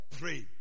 Pray